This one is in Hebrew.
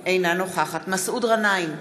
אינה נוכחת מסעוד גנאים,